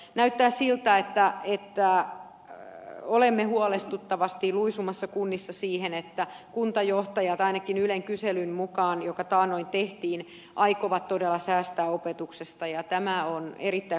näyttää siltä että olemme huolestuttavasti luisumassa kunnissa siihen että kuntajohtajat ainakin ylen kyselyn mukaan joka taannoin tehtiin aikovat todella säästää opetuksesta ja tämä on erittäin huolestuttava viesti